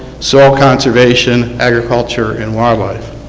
soil conservation agriculture and wildlife.